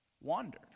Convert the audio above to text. wandered